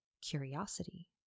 curiosity